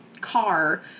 car